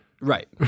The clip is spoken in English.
Right